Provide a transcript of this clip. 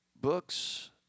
books